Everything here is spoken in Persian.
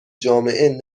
جامعه